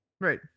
right